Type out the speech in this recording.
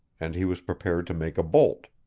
and he was prepared to make a bolt.